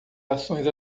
ações